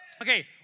Okay